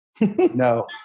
no